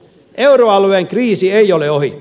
euroalueen kriisi ei ole ohi